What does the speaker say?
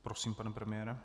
Prosím, pane premiére.